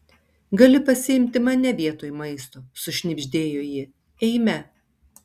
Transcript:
gali pasiimti mane vietoj maisto sušnibždėjo ji eime